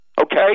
okay